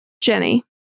Jenny